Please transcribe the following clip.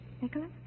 Nicholas